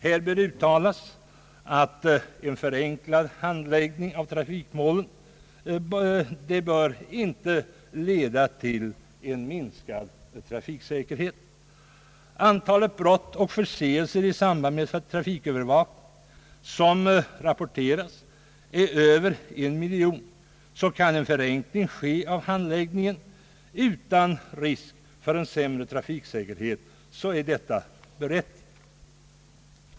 Här bör uttalas, att en förenklad handlägg ning av trafikmål inte bör leda till minskad trafiksäkerhet. Antalet brott och förseelser som rapporteras i samband med trafikövervakningen överstiger en miljon. Kan en förenkling ske av handläggningen utan risk för sämre trafiksäkerhet är detta sålunda berättigat.